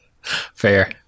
fair